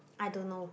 I don't know